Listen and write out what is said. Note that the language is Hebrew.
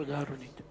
תודה, רונית.